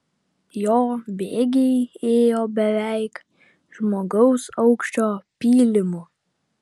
jo bėgiai ėjo beveik žmogaus aukščio pylimu